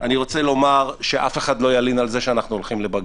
אני רוצה לומר שאף אחד לא ילין על זה שאנחנו הולכים לבג"ץ,